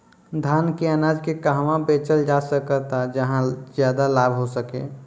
धान के अनाज के कहवा बेचल जा सकता जहाँ ज्यादा लाभ हो सके?